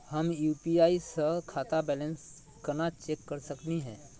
हम यू.पी.आई स खाता बैलेंस कना चेक कर सकनी हे?